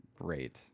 Great